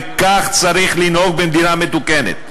וכך צריך לנהוג במדינה מתוקנת: